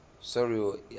sorry